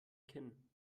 kinn